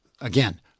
again